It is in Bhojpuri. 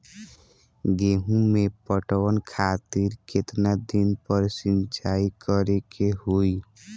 गेहूं में पटवन खातिर केतना दिन पर सिंचाई करें के होई?